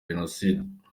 jenoside